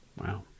Wow